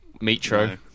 metro